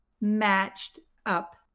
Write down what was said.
matched-up